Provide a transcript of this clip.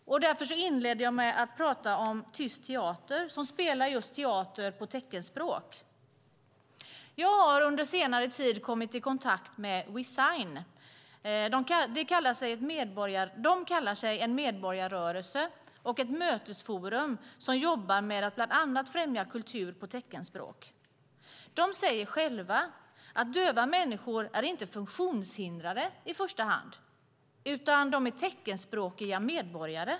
Därför inledde jag med att prata om Tyst Teater, som spelar teater just på teckenspråk. Jag har under senare tid kommit i kontakt med Wesign. De kallar sig en medborgarrörelse och ett mötesforum som jobbar med att bland annat främja kultur på teckenspråk. De säger själva att döva människor inte är funktionshindrade i första hand, utan de är teckenspråkiga medborgare.